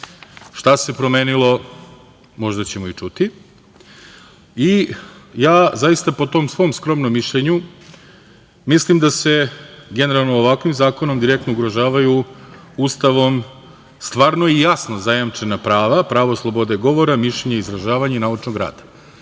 Šta se promenilo, možda ćemo i čuti. Zaista, po tom svom skromnom mišljenju, mislim da se generalno ovakvim zakonom direktno ugrožavaju Ustavom stvarno i jasno zajamčena prava, pravo slobode govora, mišljenja, izražavanja i naučnog rada.